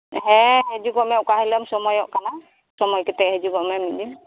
ᱦᱮᱸ ᱦᱤᱡᱩᱜᱚᱜ ᱢᱮ ᱚᱠᱟ ᱦᱤᱞᱳᱜ ᱮᱢ ᱥᱚᱢᱚᱭᱚᱜ ᱠᱟᱱᱟ ᱥᱚᱢᱚᱭ ᱠᱟᱛᱮ ᱦᱤᱡᱩᱜᱚᱜ ᱢᱮ ᱢᱤᱫ ᱫᱤᱱ